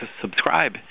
subscribe